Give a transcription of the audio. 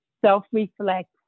self-reflect